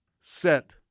set